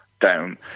down